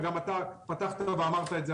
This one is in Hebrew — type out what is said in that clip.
וגם אתה פתחת ואמרת את זה,